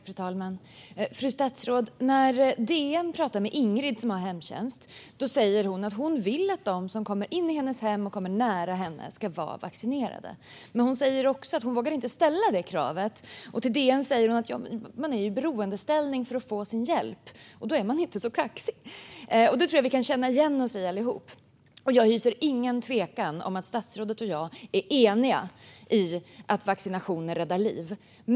Fru talman och fru statsråd! När DN pratar med Ingrid, som har hemtjänst, säger hon att hon vill att de som kommer in i hennes hem och kommer nära henne ska vara vaccinerade. Men hon säger också att hon inte vågar ställa det kravet. Till DN säger hon: Man är ju i beroendeställning för att få sin hjälp, och då är man inte så kaxig. Det tror jag att vi kan känna igen oss i, allihop. Jag hyser ingen tvekan om att statsrådet och jag är eniga om att vaccinationer räddar liv.